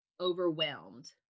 overwhelmed